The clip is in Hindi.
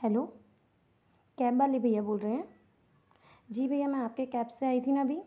हेलो कैब वाले भैया बोल रहे हैं जी भैया मैं आपके कैब से आई थी ना अभी